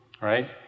Right